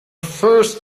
first